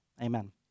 Amen